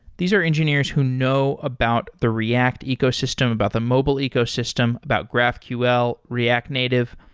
these are engineers who know about the react ecosystem, about the mobile ecosystem, about graphql, react native.